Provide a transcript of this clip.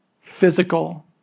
physical